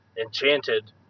enchanted